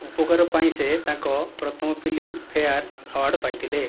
ଉପକାର ପାଇଁ ସେ ତାଙ୍କ ପ୍ରଥମ ଫିଲ୍ମଫେୟାର ଆୱାର୍ଡ ପାଇଥିଲେ